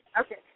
Okay